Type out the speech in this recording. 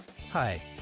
Hi